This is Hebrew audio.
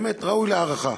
באמת, ראוי להערכה.